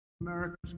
America's